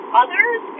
others